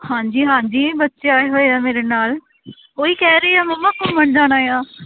ਹਾਂਜੀ ਹਾਂਜੀ ਬੱਚੇ ਆਏ ਹੋਏ ਆ ਮੇਰੇ ਨਾਲ ਉਹ ਹੀ ਕਹਿ ਰਹੀ ਆ ਮੰਮਾ ਘੁੰਮਣ ਜਾਣਾ ਆ